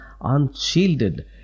unshielded